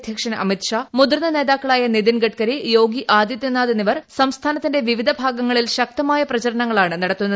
അധ്യക്ഷൻ അമിത്ഷാ മുതിർന്ന നേതാക്കളായ നിതിൻ ഗഡ്കരി യോഗി ആദിത്യനാഥ് എന്നിവർ സംസ്ഥാനത്തിന്റെ വിവിധ ഭാഗങ്ങളിൽ ശക്തമായ പ്രചരണങ്ങളാണ് നടത്തുന്നത്